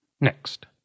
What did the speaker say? Next